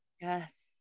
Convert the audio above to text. Yes